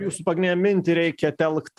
jūsų pagrindinę mintį reikia telkt